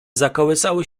zakołysały